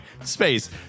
space